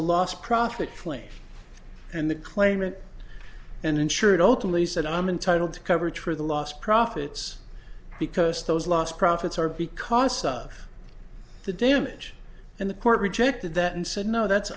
a loss profit flame and the claimant and insured openly said i'm entitled to coverage for the lost profits because those lost profits are because of the damage and the court rejected that and said no that's